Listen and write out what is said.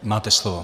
Máte slovo.